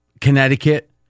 Connecticut